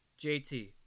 JT